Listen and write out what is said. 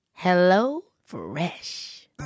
HelloFresh